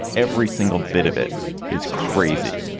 every single bit of it is crazy.